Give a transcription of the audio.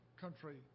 country